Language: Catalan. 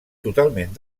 totalment